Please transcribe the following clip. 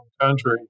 country